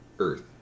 Earth